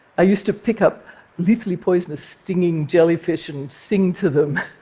i used to pick up lethally poisonous stinging jellyfish and sing to them.